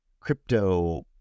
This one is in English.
crypto